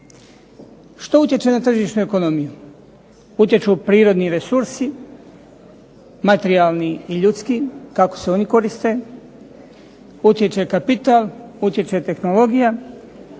Što utječe na tržišnu ekonomiju? Utječu prirodni resursi, materijalni i ljudski, kako se oni koriste, utječe kapital, utječe tehnologija,